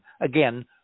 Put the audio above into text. Again